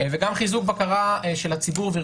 וגם חיזוק בקרה של הציבור,